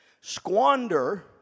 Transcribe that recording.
squander